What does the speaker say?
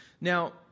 Now